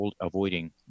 avoiding